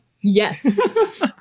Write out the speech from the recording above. Yes